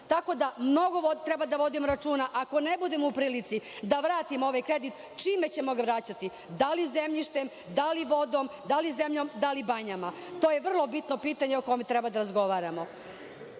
Tako da mnogo treba da vodimo računa da ako ne budemo u prilici da vratimo ovaj kredit, čime ćemo ga vraćati? Da li zemljištem, da li vodom, da li zemljom, da li banjama? To je vrlo bitno pitanje o kome treba da razgovaramo